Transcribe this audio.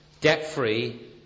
debt-free